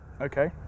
Okay